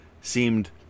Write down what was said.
seemed